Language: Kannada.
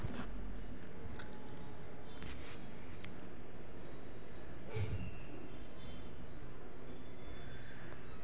ಊರಾಗ ನನ್ನ ಸಂಬಂಧಿಕರು ಕಾಡ್ನ ಹೊಲ ಮಾಡೊ ಜಾಗ ಆಗಿ ಮಾಡ್ಯಾರ ಅದುನ್ನ ಸ್ಥಳಾಂತರ ಕೃಷಿ ಅಂತಾರ